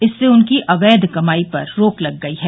इससे उनकी अवैध कमाई पर रोक लग गई है